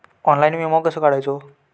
Online विमो कसो काढायचो?